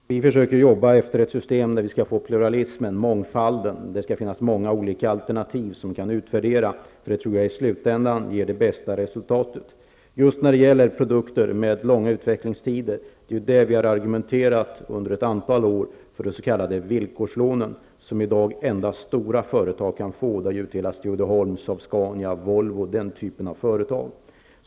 Fru talman! Vi försöker jobba efter ett system med pluralism, mångfald och många olika alternativ som kan utvärderas, därför att jag tror att det i slutändan ger det bästa resultatet. Just när det gäller produkter med långa utvecklingstider har vi i ett antal år argumenterat för de s.k. villkorslånen, som i dag endast stora företag kan få. De har utdelats till Uddeholm, SAAB Scania, Volvo, m.fl.